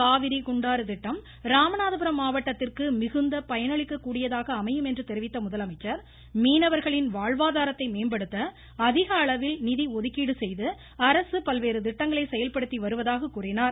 காவிரி குண்டாறு திட்டம் ராமநாதபுரம் மாவட்டத்திற்கு மிகுந்த பயனளிக்க கூடியதாக அமையும் என்று தெரிவித்த முதலமைச்சர் மீனவர்களின் வாழ்வதாரத்தை மேம்படுத்த அதிகளவில் நிதி ஒதுக்கீடு செய்து அரசு பல்வேறு திட்டங்களை செயல்படுத்தி வருவதாக கூறினார்